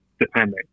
depending